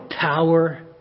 power